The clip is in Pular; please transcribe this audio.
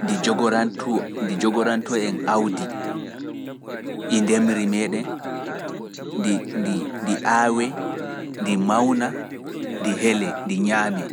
ndi jogoranto en awdi e ndemri meeɗen ndi ndi ndi awe ndi mawna ndi heele ndi ñaame.